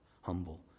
humble